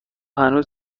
هنوز